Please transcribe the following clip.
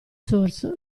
source